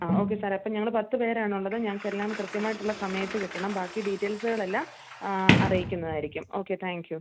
ആ ഓക്കെ സാറേ അപ്പം ഞങ്ങള് പത്ത് പേരാണുള്ളത് ഞങ്ങൾക്കെല്ലാം കൃത്യമായിട്ടുള്ള സമയത്ത് കിട്ടണം ബാക്കി ഡീറ്റെയിൽസുകളെല്ലാം അറിയിക്കുന്നതായിരിക്കും ഓക്കെ താങ്ക്യൂ